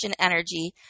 energy